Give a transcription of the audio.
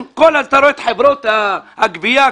כל חברות הגבייה,